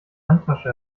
handtasche